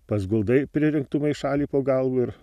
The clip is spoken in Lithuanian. pasguldai pririnktų maišalį po galvu ir